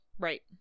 Right